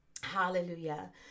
Hallelujah